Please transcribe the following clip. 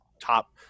top